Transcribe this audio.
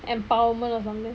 empowerment or something